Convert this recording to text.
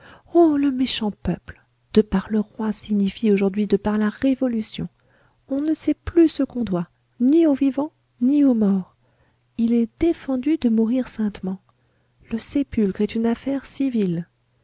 oh le méchant peuple de par le roi signifie aujourd'hui de par la révolution on ne sait plus ce qu'on doit ni aux vivants ni aux morts il est défendu de mourir saintement le sépulcre est une affaire civile